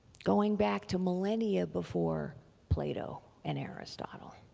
going back to millennia before plato and aristotle.